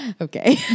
Okay